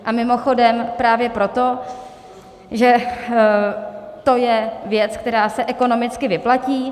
A mimochodem, právě proto, že to je věc, která se ekonomicky vyplatí.